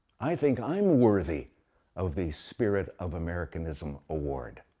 i think i'm worthy of the spirit of americanism award.